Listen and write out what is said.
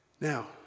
Now